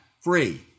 free